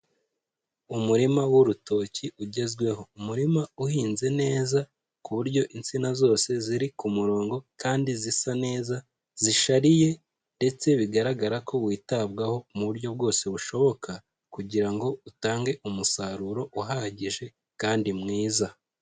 Umurima w'urutoki ugezweho. Umurima uhinze neza ku buryo insina zose ziri ku murongo kandi zisa neza zishariye, ndetse bigaragara ko witabwaho mu buryo bwose bushoboka kugira ngo utange umusaruro uhagije kandi mwiza.